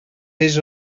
his